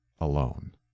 alone